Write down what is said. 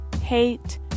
hate